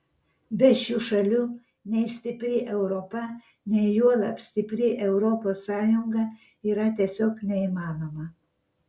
be šių šalių nei stipri europa nei juolab stipri europos sąjunga yra tiesiog neįmanoma